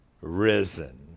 risen